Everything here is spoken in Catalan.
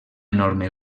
enorme